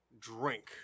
drink